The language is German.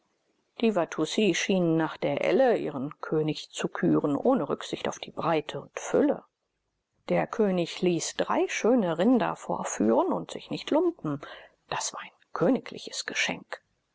die watussi schienen nach der elle ihren könig zu küren ohne rücksicht auf die breite und fülle der könig ließ drei schöne rinder vorführen und sich nicht lumpen das war ein königliches geschenk